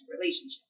relationship